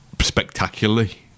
spectacularly